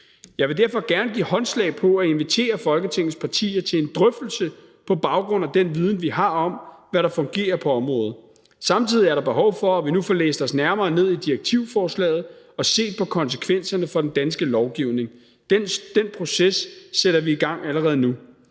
Jeg vil derfor gerne give håndslag på at invitere Folketingets partier til en drøftelse på baggrund af den viden, vi har om, hvad der fungerer på området. Samtidig er der behov for, at vi nu får læst os nærmere ned i direktivforslaget og set på konsekvenserne for den danske lovgivning. Den proces sætter vi i gang allerede nu.